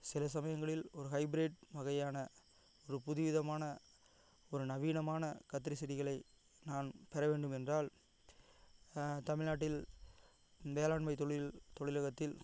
சில சமயங்களில் ஒரு ஹைப்ரேட் வகையான ஒரு புது விதமான ஒரு நவீனமான கத்திரி செடிகளை நான் பெறவேண்டுமென்றால் தமிழ்நாட்டில் வேளாண்மை தொழில் தொழிலகத்தில்